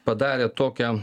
padarė tokią